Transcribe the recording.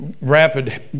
rapid